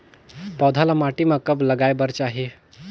पौधा ल माटी म कब लगाए बर चाही?